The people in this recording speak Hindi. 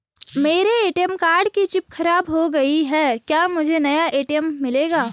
मेरे ए.टी.एम कार्ड की चिप खराब हो गयी है क्या मुझे नया ए.टी.एम मिलेगा?